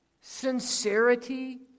sincerity